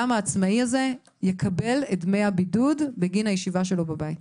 גם העצמאי הזה יקבל את דמי הבידוד בגין הישיבה שלו בבית.